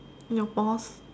your boss